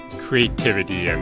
creativity and